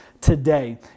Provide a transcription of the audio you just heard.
today